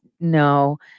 no